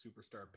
superstar